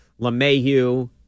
LeMayhew